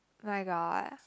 my god